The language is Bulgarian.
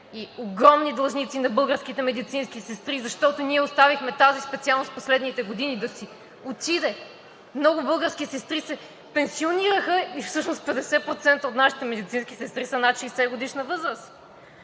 и огромни длъжници на българските медицински сестри, защото оставихме тази специалност в последните години да си отиде! Много български сестри се пенсионираха и всъщност 50% от нашите медицински сестри са над 60-годишна възраст!